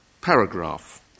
paragraph